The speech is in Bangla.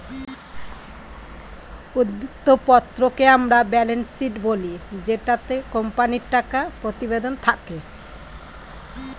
উদ্ধৃত্ত পত্রকে আমরা ব্যালেন্স শীট বলি জেটাতে কোম্পানির টাকা প্রতিবেদন থাকে